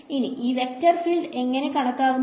ഇനി ഈ vector field എങ്ങനെ കാണുന്നു